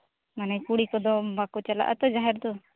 ᱢᱟᱱᱮ ᱠᱩᱲᱤ ᱠᱚᱫᱚ ᱵᱟᱠᱚ ᱪᱟᱞᱟᱜᱼᱟ ᱛᱚ ᱡᱟᱦᱮᱨ ᱫᱚ